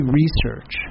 research